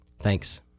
Thanks